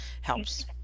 helps